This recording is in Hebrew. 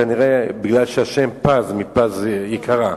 כנראה בגלל שהשם "פז" מפז יקרה.